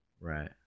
Right